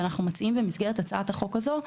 ואנחנו מציעים במסגרת הצעת החוק הזאת,